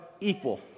equal